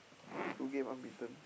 twenty two game unbeaten